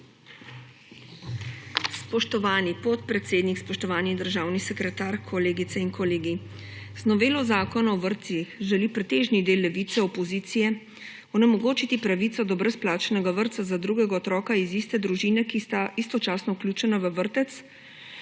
Spoštovani podpredsednik, spoštovani državni sekretar, kolegice in kolegi! Z novelo Zakona o vrtcih želi pretežni del levice, opozicije onemogočiti pravico do brezplačnega vrtca za drugega otroka iz iste družine, ki sta istočasno vključena v vrtec,